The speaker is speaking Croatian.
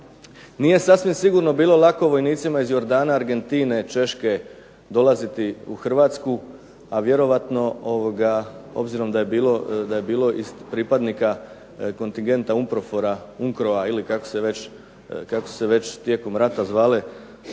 Nije sasvim sigurno bilo lako vojnicima iz Jordana, Argentine, Češke dolaziti u Hrvatsku, a vjerojatno obzirom da je bilo pripadnika kontingenta UMPROFOR-a, UNKRO-a kako su se već tijekom rata zvala